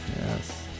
Yes